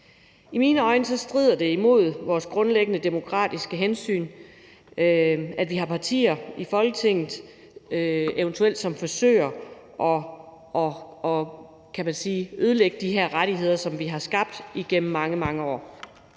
I mine øjne strider det imod vores grundlæggende demokratiske hensyn, at vi har partier i Folketinget, som eventuelt forsøger at ødelægge de her rettigheder, som vi har skabt igennem mange, mange år.